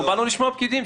אנחנו באנו לשמוע פקידים.